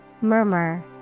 Murmur